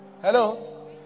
Hello